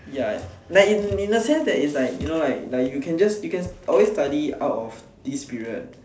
ya like in in a sense that's is like you know like like you can just you can also study out of this period